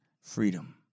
freedom